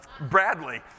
Bradley